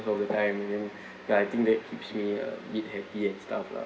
most of the time and then but I think that keeps me uh bit happy and stuff lah